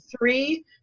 three